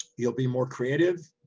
you'll be more creative.